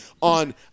on